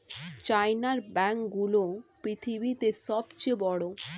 চায়নার ব্যাঙ্ক গুলো পৃথিবীতে সব চেয়ে বড়